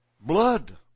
blood